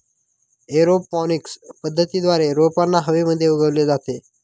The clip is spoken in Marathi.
एरोपॉनिक्स पद्धतीद्वारे रोपांना हवेमध्ये उगवले जाते